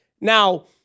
Now